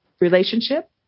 relationship